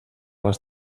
les